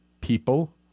People